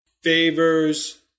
favors